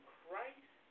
Christ